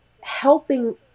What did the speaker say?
helping